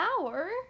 hour